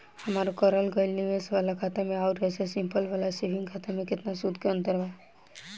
हमार करल गएल निवेश वाला खाता मे आउर ऐसे सिंपल वाला सेविंग खाता मे केतना सूद के अंतर बा?